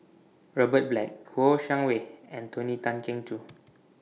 Robert Black Kouo Shang Wei and Tony Tan Keng Joo